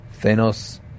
Thanos